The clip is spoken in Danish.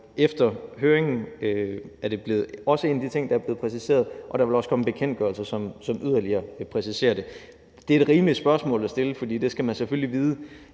efter høringen er det også en af de ting, der er blevet præciseret, og der vil også komme en bekendtgørelse, som yderligere vil præcisere det. Det er et rimeligt spørgsmål at stille, for det skal man selvfølgelig vide,